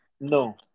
No